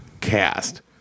Cast